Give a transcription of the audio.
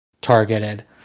targeted